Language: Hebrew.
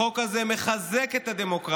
החוק הזה מחזק את הדמוקרטיה.